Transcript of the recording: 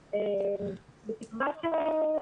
הממלכתית-דתית,